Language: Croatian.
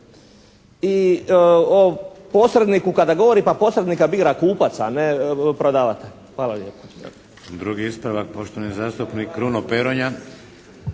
I o posredniku kada govori, pa posrednika bira kupac, a ne prodavatelj. Hvala lijepo.